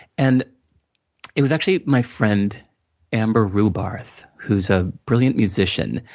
and it was actually my friend amber rubarth, who's a brilliant musician,